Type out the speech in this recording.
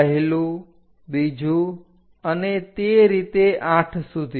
પહેલું બીજું અને તે રીતે આઠ સુધી